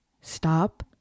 Stop